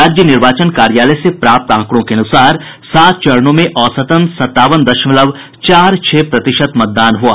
राज्य निर्वाचन कार्यालय से प्राप्त आंकड़ों के अनुसार सात चरणों में औसतन सत्तावन दशमलव चार छह प्रतिशत मतदान हुआ